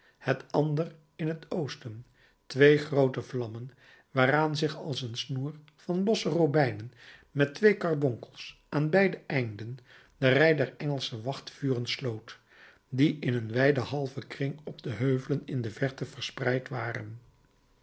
het ander in t oosten twee groote vlammen waaraan zich als een snoer van losse robijnen met twee karbonkels aan beide einden de rij der engelsche wachtvuren sloot die in een wijden halven kring op de heuvelen in de verte verspreid waren